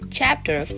Chapter